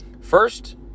First